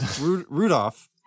Rudolph